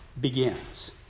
begins